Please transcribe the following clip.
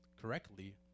correctly